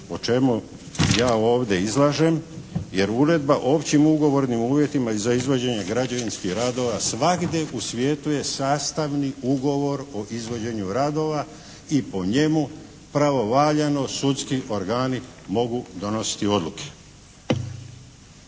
o čemu ja ovdje izlažem. Jer uredba o općim ugovornim uvjetima za izvođenje građevinskih radova svagdje u svijetu je sastavni ugovor o izvođenju radova i po njemu pravovaljano sudski organi mogu donositi odluke.